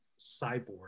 cyborg